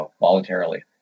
voluntarily